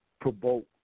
provoke